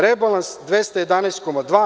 Rebalans 211,2.